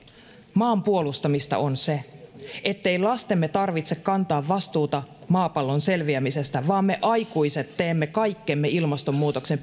maan puolustamista on se ettei lastemme tarvitse kantaa vastuuta maapallon selviämisestä vaan me aikuiset teemme kaikkemme ilmastonmuutoksen